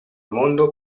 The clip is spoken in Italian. mondo